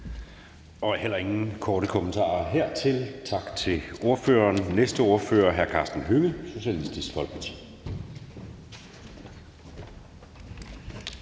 er heller ingen korte bemærkninger til det. Tak til ordføreren. Næste ordfører er hr. Karsten Hønge, Socialistisk Folkeparti.